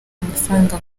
amafaranga